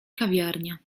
kawiarnia